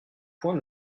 point